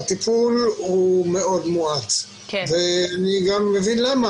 הטיפול הוא מאוד מועט ואני גם מבין למה